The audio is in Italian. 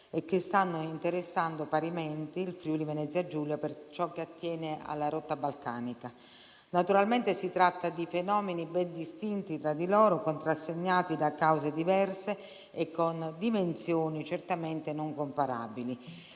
e che stanno interessando parimenti il Friuli-Venezia Giulia per ciò che attiene alla rotta balcanica. Naturalmente si tratta di fenomeni ben distinti tra di loro, contrassegnati da cause diverse e con dimensioni certamente non comparabili.